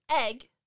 egg